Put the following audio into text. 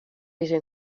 visió